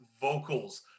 vocals